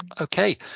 Okay